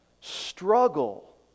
struggle